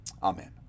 Amen